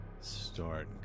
start